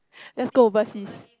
let's go overseas